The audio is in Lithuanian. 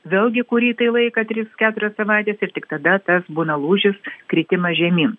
vėlgi kurį tai laiką tris keturias savaites ir tik tada tas būna lūžis kritimas žemyn